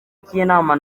cy’inama